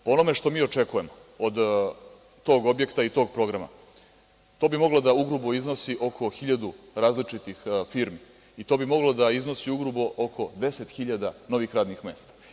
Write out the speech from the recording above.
Po onome što mi očekujemo od tog objekta i tog programa, to bi moglo da ugrubo iznosi oko hiljadu različitih firmi i to bi moglo da iznosi ugrubo oko 10 hiljada novih radnih mesta.